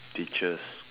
teachers